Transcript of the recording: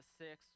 six